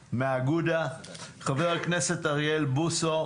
חבר הכנסת אוריאל בוסו,